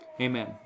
amen